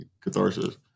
catharsis